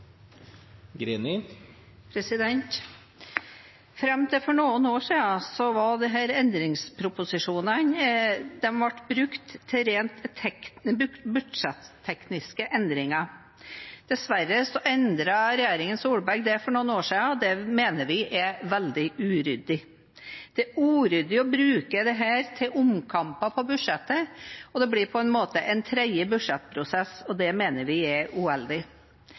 til for noen år siden ble disse endringsproposisjonene brukt til rent budsjettekniske endringer. Dessverre endret regjeringen Solberg det for noen år siden. Det mener vi er veldig uryddig. Det er uryddig å bruke dette til omkamper på budsjettet. Det blir på en måte en tredje budsjettprosess, og det mener vi er uheldig.